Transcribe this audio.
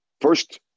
First